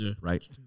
right